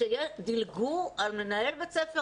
פשוט דלגו מעל מנהל בית הספר